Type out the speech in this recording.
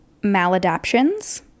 maladaptions